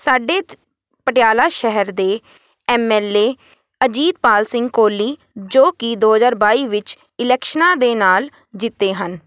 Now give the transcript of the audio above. ਸਾਡੇ ਤ ਪਟਿਆਲਾ ਸ਼ਹਿਰ ਦੇ M L A Ajitpal Singh Kohli ਜੋ ਕਿ ਦੋ ਹਜ਼ਾਰ ਬਾਈ ਵਿੱਚ ਇਲੈਕਸ਼ਨਾਂ ਦੇ ਨਾਲ ਜਿੱਤੇ ਹਨ